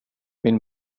min